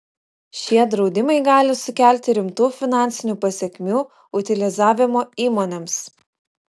šie draudimai gali sukelti rimtų finansinių pasekmių utilizavimo įmonėms